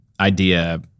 idea